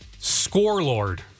Scorelord